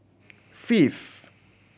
fifth